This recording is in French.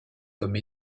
comme